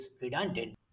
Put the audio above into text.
redundant